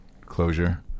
closure